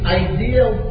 ideal